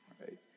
right